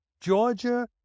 Georgia